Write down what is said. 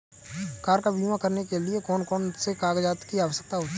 Car का बीमा करने के लिए कौन कौन से कागजात की आवश्यकता होती है?